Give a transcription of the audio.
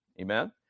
Amen